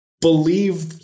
believe